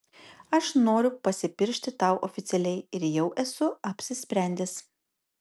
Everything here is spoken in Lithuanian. aš noriu pasipiršti tau oficialiai ir jau esu apsisprendęs